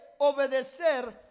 obedecer